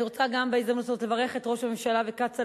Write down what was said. אני רוצה גם בהזדמנות הזאת לברך את ראש הממשלה וכצל'ה,